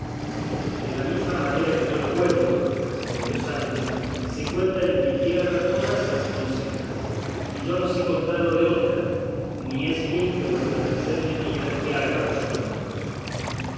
de la misma manera que yo lo cuento respondió sancho se cuentan en mi tierra todas las consejas y yo no sé contarlo de otra ni es bien que vuestra merced me pida que haga usos nuevos